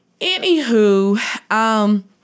anywho